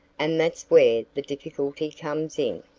and that's where the difficulty comes in.